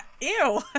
Ew